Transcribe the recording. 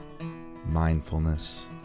mindfulness